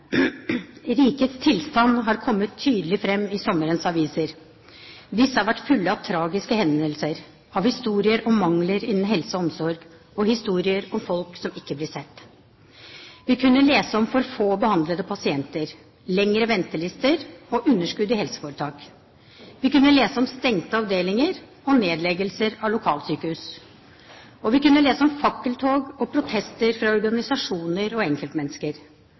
Rikets tilstand har kommet tydelig fram i sommerens aviser. Disse har vært fulle av tragiske hendelser, av historier om mangler innen helse og omsorg og historier om folk som ikke blir sett. Vi kunne lese om for få behandlede pasienter, lengre ventelister og underskudd i helseforetak. Vi kunne lese om stengte avdelinger og nedleggelser av lokalsykehus. Og vi kunne lese om fakkeltog og protester fra organisasjoner og enkeltmennesker